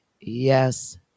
Yes